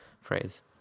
phrase